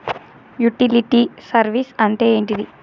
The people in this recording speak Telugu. యుటిలిటీ సర్వీస్ అంటే ఏంటిది?